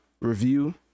review